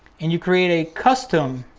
and you create a custom